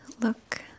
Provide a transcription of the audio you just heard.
look